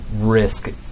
risk